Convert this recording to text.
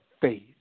faith